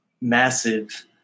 massive